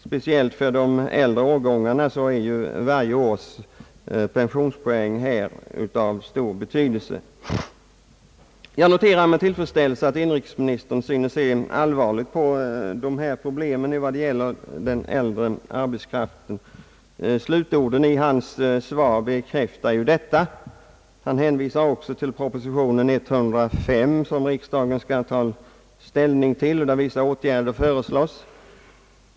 Speciellt för de äldre årgångarna är ju varje års pensionspoäng av stor betydelse. Jag noterar med tillfredsställelse att inrikesministern synes se allvarligt på dessa problem, evad det gäller den äldre arbetskraften. Slutorden i hans svar bekräftar detta. Han hänvisar till proposition nr 105 som riksdagen skall ta ställning till och där vissa åtgärder föreslås.